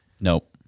Nope